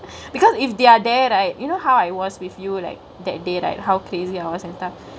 because if they're there right you know how I was with you like that day right how crazy hours and stuff right